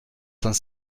cent